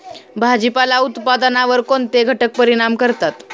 भाजीपाला उत्पादनावर कोणते घटक परिणाम करतात?